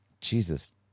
Jesus